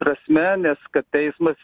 prasme nes kad teismas